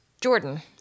Jordan